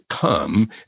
come